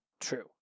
true